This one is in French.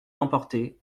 emporté